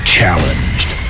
Challenged